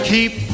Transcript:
Keep